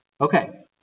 Okay